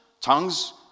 Tongues